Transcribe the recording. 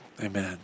Amen